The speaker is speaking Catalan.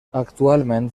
actualment